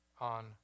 on